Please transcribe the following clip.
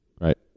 Right